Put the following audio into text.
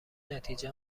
نتیجه